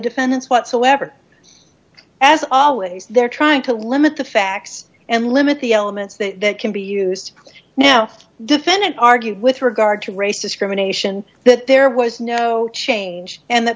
defendants whatsoever as always they're trying to limit the facts and limit the elements that can be used now defendant argued with regard to race discrimination that there was no change and the